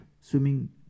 swimming